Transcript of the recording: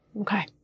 Okay